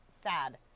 Sad